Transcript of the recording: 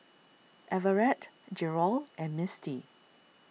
Everette Jerold and Mistie